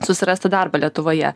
susirasti darbą lietuvoje